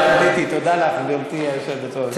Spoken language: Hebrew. זה לא קשור, זה לא פוליטי.